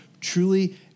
truly